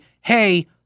hey